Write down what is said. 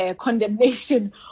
condemnation